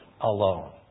alone